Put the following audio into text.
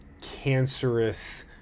cancerous